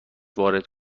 وارد